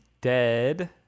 Dead